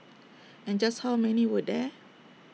and just how many were there